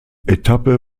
etappe